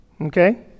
Okay